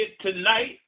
tonight